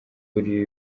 buriri